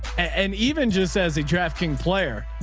and even just as a draftking player.